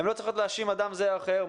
הן לא צריכות להאשים אדם זה או אחר.